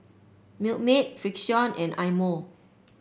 Milkmaid Frixion and Eye Mo